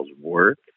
work